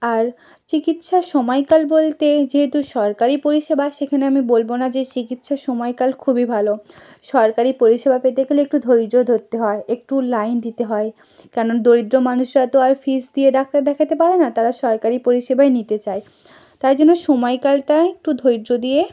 আর চিকিৎসার সময়কাল বলতে যেহেতু সরকারি পরিষেবা সেখানে আমি বলব না যে চিকিৎসার সময়কাল খুবই ভালো সরকারি পরিষেবা পেতে গেলে একটু ধৈর্য ধরতে হয় একটু লাইন দিতে হয় কেন দরিদ্র মানুষরা তো আর ফিজ দিয়ে ডাক্তার দেখাতে পারে না তারা সরকারি পরিষেবাই নিতে চায় তাই জন্যে সময়কালটায় একটু ধৈর্য দিয়ে